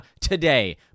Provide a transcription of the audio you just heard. today